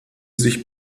sich